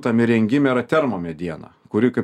tam įrengime yra termo mediena kuri kaip